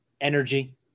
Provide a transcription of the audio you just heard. energy